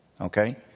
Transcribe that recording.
okay